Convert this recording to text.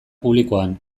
publikoan